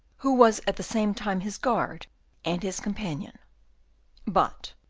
who was at the same time his guard and his companion but,